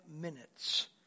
minutes